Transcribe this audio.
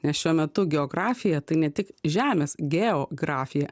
nes šiuo metu geografija tai ne tik žemės geografija